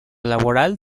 laboral